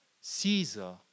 Caesar